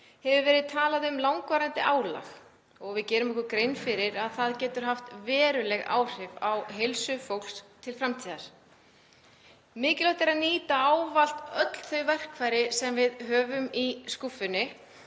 hefur verið talað um langvarandi álag og við gerum okkur grein fyrir að það getur haft veruleg áhrif á heilsu fólks til framtíðar. Mikilvægt er að nýta ávallt öll þau verkfæri sem við höfum í skúffunni